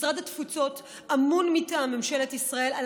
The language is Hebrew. משרד התפוצות אמון מטעם ממשלת ישראל על